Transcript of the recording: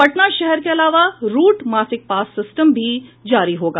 पटना शहर के अलावा रूट मासिक पास सिस्टम भी जारी होगा